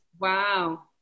Wow